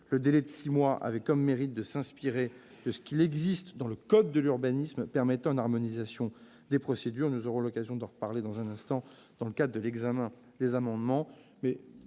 Le délai de six mois avait comme mérite de s'inspirer de ce qui existe dans le code de l'urbanisme, permettant une harmonisation des procédures. Nous aurons l'occasion d'en reparler lors de l'examen des amendements.